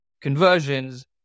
conversions